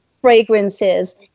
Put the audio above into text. fragrances